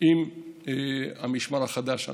ויש את המשמר החדש.